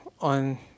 on